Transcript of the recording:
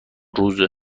روز